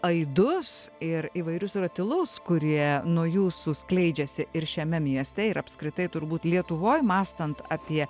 aidus ir įvairius ratilus kurie nuo jūsų skleidžiasi ir šiame mieste ir apskritai turbūt lietuvoj mąstant apie